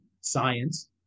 science